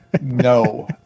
no